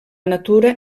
natura